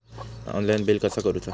Online bill कसा करुचा?